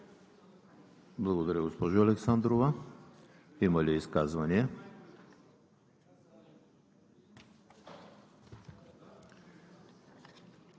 Благодаря, госпожо Александрова. Има ли изказвания?